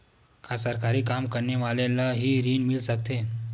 का सरकारी काम करने वाले ल हि ऋण मिल सकथे?